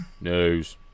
News